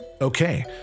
Okay